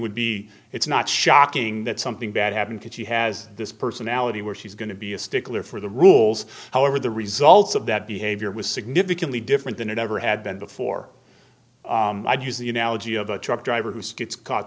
would be it's not shocking that something bad happened because she has this personality where she's going to be a stickler for the rules however the results of that behavior was significantly different than it ever had been before i'd use the analogy of a truck driver whose gets caught